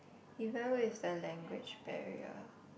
even with the language barrier